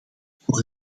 voor